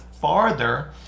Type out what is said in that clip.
farther